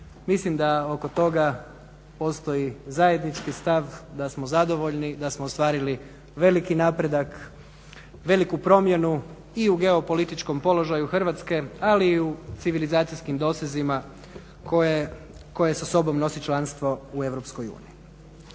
Mislim da oko toga postoji zajednički stav da smo zadovoljni da smo ostvarili veliki napredak, veliku promjenu i u geopolitičkom položaju Hrvatske, ali i u civilizacijskim dosezima koje sa sobom nosi članstvo u EU.